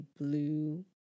blue